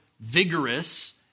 vigorous